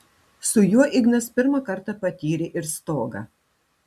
su juo ignas pirmą kartą patyrė ir stogą